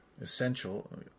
essential